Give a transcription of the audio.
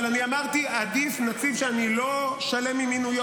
אבל אני אמרתי: עדיף נציב שאני לא שלם עם מינויו